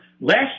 last